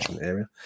area